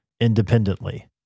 independently